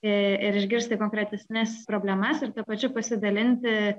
ir išgirsti konkretesnes problemas ir tuo pačiu pasidalinti